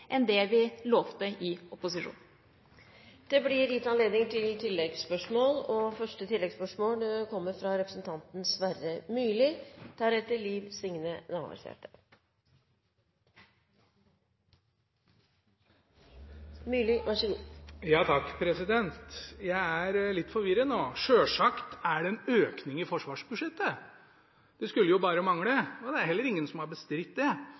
enn det vi lovte i opposisjon. Det blir gitt anledning til oppfølgingsspørsmål – først Sverre Myrli. Jeg er litt forvirret nå. Selvsagt er det en økning i forsvarsbudsjettet. Det skulle jo bare mangle. Det er heller ingen som har bestridt det. Det er en økning i forsvarsbudsjettet, og det er det også lagt opp til i langtidsplanen for forsvarssektoren. Men med det